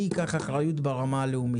מי ייקח אחריות ברמה הלאומית.